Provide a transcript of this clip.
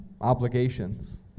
Obligations